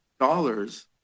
dollars